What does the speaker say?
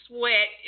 Sweat